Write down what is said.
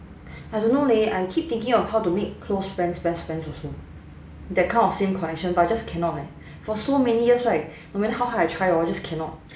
I don't know leh I keep thinking of how to make close friends best friends also that kind of same connection but I just cannot leh for so many years right no matter how hard I try hor just cannot